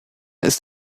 ist